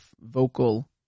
vocal